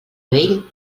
vell